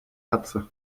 katze